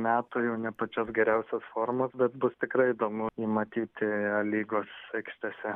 metų jau ne pačios geriausios formos bet bus tikrai įdomu jį matyti a lygos aikštėse